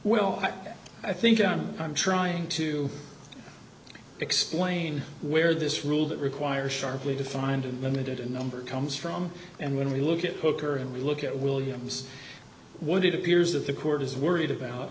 well i think i'm i'm trying to explain where this rule that requires sharply defined and limited in number comes from and when we look at poker and we look at williams what it appears that the court is worried about